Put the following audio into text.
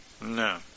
No